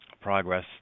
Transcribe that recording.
progress